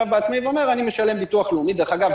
העצמאי בא ואומר: אני משלם ביטוח לאומי דרך אגב,